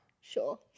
Sure